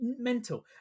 mental